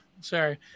Sorry